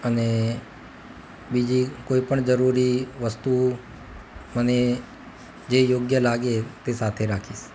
અને બીજી કોઈપણ જરૂરી વસ્તુ મને જે યોગ્ય લાગે તે સાથે રાખીશ